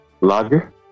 Lager